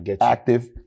active